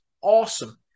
awesome